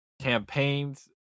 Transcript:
campaigns